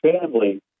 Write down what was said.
family